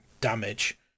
damage